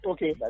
Okay